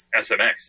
SMX